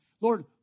Lord